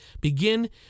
begin